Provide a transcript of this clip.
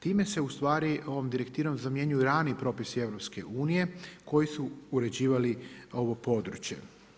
Time se ustvari ovom direktivom zamjenjuju rani propisi EU-a koji su uređivali ovo područje.